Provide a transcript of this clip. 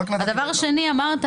הדבר השני, אמרת